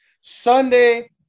Sunday